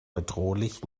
bedrohlich